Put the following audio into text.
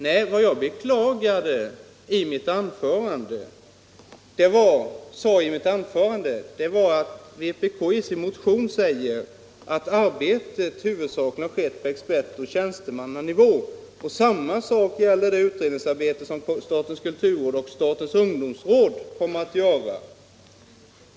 Nej, vad jag sade i mitt anförande var att vpk i sin motion anför att arbetet i huvudsak har skett på expertoch tjänstemannanivå. Detsamma gäller det utredningsarbete som statens kulturråd och statens ungdomsråd kommer att bedriva.